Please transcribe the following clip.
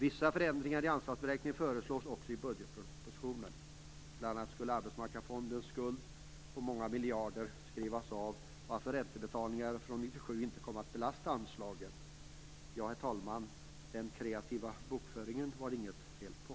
Vissa förändringar i anslagsberäkningen föreslås också i budgetpropositionen. Bl.a. föreslogs att Arbetsmarknadsfondens skuld på många miljarder skulle avskrivas, varför räntebetalningarna från 1997 inte kommer att belasta anslaget. Ja, herr talman, den kreativa bokföringen är det inget fel på.